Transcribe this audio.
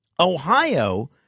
ohio